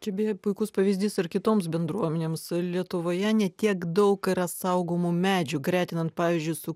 čia beje puikus pavyzdys ir kitoms bendruomenėms lietuvoje ne tiek daug yra saugomų medžių gretinant pavyzdžiui su